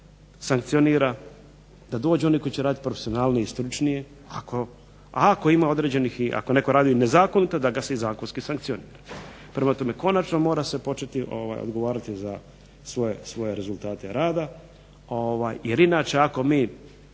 sankcionira da dođu oni koji će raditi profesionalnije i stručnije. Ako ima određenih i ako netko radi nezakonito da ga se i zakonski sankcionira. Prema tome konačno mora se početi odgovarati za svoje rezultate rada jer inače ako mi